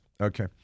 Okay